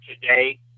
today